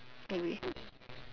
maybe